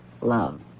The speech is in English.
Love